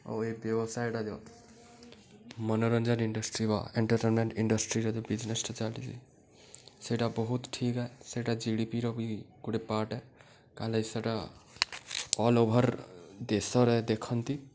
ଆଉ ଏଇ ବ୍ୟବସାୟଟା ଯ ମନୋରଞ୍ଜନ ଇଣ୍ଡଷ୍ଟ୍ରି ବା ଏଣ୍ଟରଟେନମେଣ୍ଟ ଇଣ୍ଡଷ୍ଟ୍ରିରେ ଯେଉଁ ବିଜିନେସଟା ଚାଲିଛି ସେଇଟା ବହୁତ ଠିକ୍ ସେଇଟା ଜିଡ଼ିପିର ବି ଗୋଟେ ପାର୍ଟ କାଲି ସେଟା ଅଲ୍ଓଭର ଦେଶରେ ଦେଖନ୍ତି